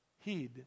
Heed